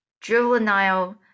juvenile